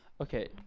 Okay